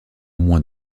moins